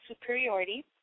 superiority